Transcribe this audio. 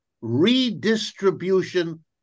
redistribution